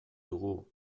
dugu